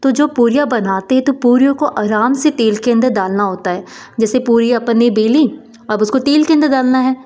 तो जो पूरियाँ बनाते हैं तो पूरियों को आराम से तेल के अंदर दालना होता है जैसे पूरियाँ अपन ने बेलीं अब उसको तेल के अंदर डालना है